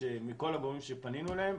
מכל הגורמים שפנינו אליהם,